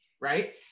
right